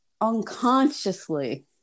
unconsciously